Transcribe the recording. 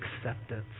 acceptance